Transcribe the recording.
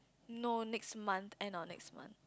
no next month end of next month